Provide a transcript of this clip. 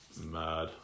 Mad